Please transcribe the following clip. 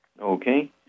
Okay